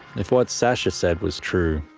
if what sasha said was true,